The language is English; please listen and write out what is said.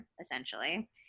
essentially